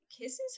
kisses